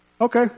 Okay